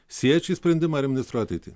siejat šį sprendimą ir ministro ateitį